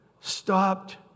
stopped